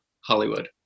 Hollywood